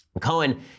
Cohen